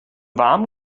warmen